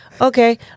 okay